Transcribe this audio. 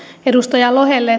edustaja lohelle